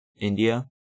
India